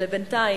ובינתיים,